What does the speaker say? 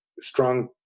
strong